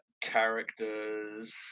characters